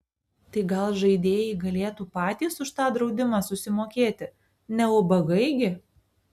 tai gal žaidėjai galėtų patys už tą draudimą susimokėti ne ubagai gi